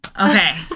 Okay